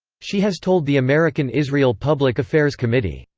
she has told the american israel public affairs committee,